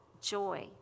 joy